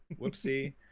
whoopsie